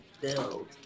build